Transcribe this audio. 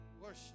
Worship